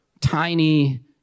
tiny